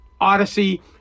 Odyssey